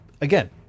again